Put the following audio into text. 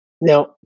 Now